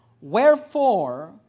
Wherefore